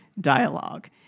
dialogue